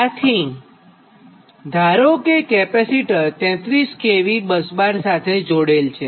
આથી ધારો કે કેપેસિટર ૩૩ kV બસબાર સાથે જોડેલ છે